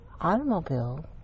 automobile